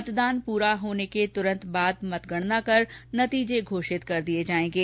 मतदान पूरा होने के तुरंत बाद मतगणना कर नतीजे घोषित कर दिये जायेंगे